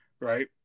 Right